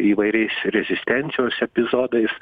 įvairiais rezistencijos epizodais